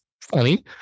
funny